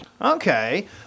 Okay